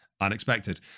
unexpected